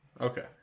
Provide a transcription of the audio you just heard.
Okay